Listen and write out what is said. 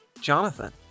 Jonathan